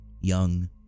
young